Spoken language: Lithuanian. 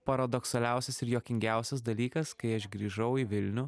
paradoksaliausias ir juokingiausias dalykas kai aš grįžau į vilnių